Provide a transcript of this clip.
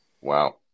Wow